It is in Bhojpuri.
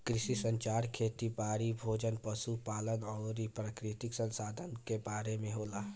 कृषि संचार खेती बारी, भोजन, पशु पालन अउरी प्राकृतिक संसधान के बारे में होला